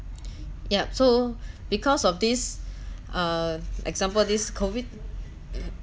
yup so because of this uh example this COVID